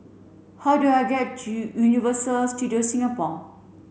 how do I get to Universal Studios Singapore